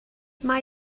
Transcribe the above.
mae